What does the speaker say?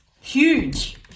huge